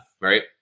right